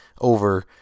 over